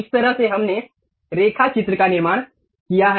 इस तरह से हमने रेखा चित्र का निर्माण किया है